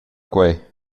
quei